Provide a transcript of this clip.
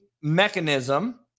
mechanism